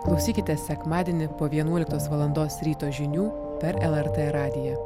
klausykitės sekmadienį po vienuoliktos valandos ryto žinių per lrt radiją